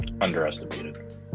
Underestimated